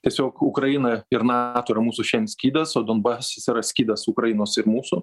tiesiog ukraina ir nato yra mūsų šian skydas o donbasas yra skydas ukrainos ir mūsų